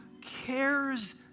cares